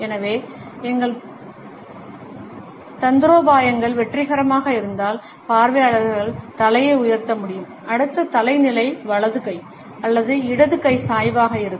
எனவே எங்கள் தந்திரோபாயங்கள் வெற்றிகரமாக இருந்தால் பார்வையாளர்கள் தலையை உயர்த்த முடியும் அடுத்த தலை நிலை வலது கை அல்லது இடது கை சாய்வாக இருக்கும்